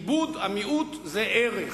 כיבוד המיעוט הוא ערך,